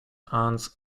aunts